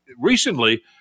recently